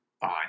fine